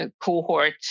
cohort